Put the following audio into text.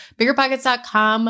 biggerpockets.com